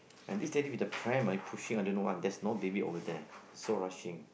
and this daddy with the pram ah he pushing I don't know what there's no baby over there so rushing